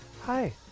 Hi